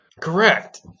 Correct